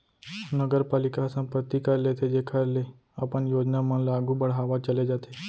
नगरपालिका ह संपत्ति कर लेथे जेखर ले अपन योजना मन ल आघु बड़हावत चले जाथे